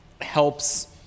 helps